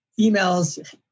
emails